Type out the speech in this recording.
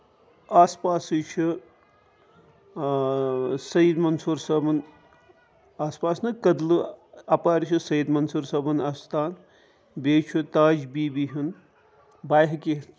آس پاسٕے چھُ یہِ سٔید مَنسوٗر صٲبُن آس پاس نہٕ کٔدلہٕ اَپٲرِ چھُ سٔید مَنسوٗر صٲبُن اَستان بیٚیہِ چھُ تاج بی بی ہُند باحکہِ